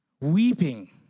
Weeping